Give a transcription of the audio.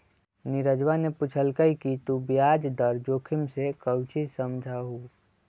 नीरजवा ने पूछल कई कि तू ब्याज दर जोखिम से काउची समझा हुँ?